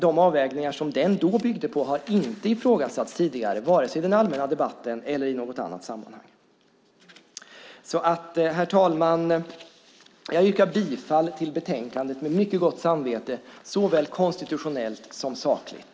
De avvägningar som den då byggde på har inte ifrågasatts tidigare vare sig i den allmänna debatten eller i något annat sammanhang. Herr talman! Jag yrkar bifall till utskottets förslag i betänkandet med mycket gott samvete såväl konstitutionellt som sakligt.